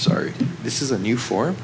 sorry this is a new for